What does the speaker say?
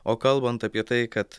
o kalbant apie tai kad